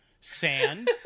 sand